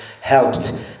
helped